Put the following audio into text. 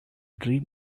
dream